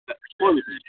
a phone